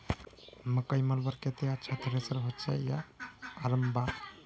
मकई मलवार केते अच्छा थरेसर होचे या हरम्बा?